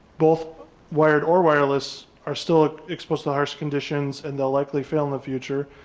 both wired or wireless are still exposed to harsh conditions and they'll likely fail in the future.